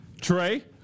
Trey